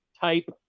type